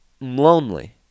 Lonely